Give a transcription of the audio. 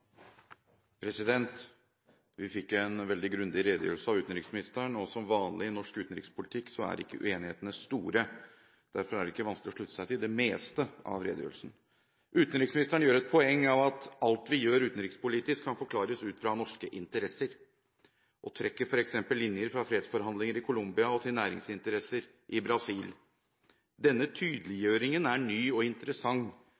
Vi fikk en veldig grundig redegjørelse av utenriksministeren, og som vanlig i norsk utenrikspolitikk er ikke uenighetene store. Derfor er det ikke vanskelig å slutte seg til det meste av redegjørelsen. Utenriksministeren gjør et poeng av at alt vi gjør utenrikspolitisk, kan forklares ut fra norske interesser, og trekker f.eks. linjer fra fredsforhandlinger i Colombia og til næringsinteresser i Brasil. Denne